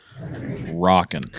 rocking